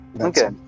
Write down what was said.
Okay